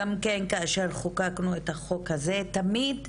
גם כן כאשר חוקקנו את החוק הזה תמיד,